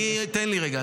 תן לי רגע.